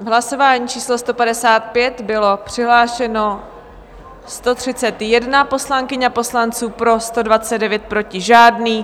V hlasování číslo 155 bylo přihlášeno 131 poslankyň a poslanců, pro 129, proti žádný.